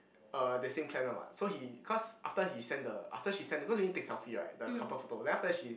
uh the same clan one what so he cause after he send the after she send because you need to take selfie right the couple photo then after she